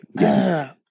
yes